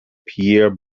pierre